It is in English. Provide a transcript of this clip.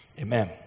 amen